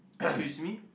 excuse me